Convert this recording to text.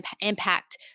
impact